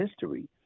history